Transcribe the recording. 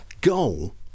goal